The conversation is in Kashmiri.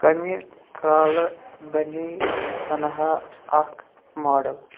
کمہِ کالہٕ بنے سن ہا اکھ ماڈل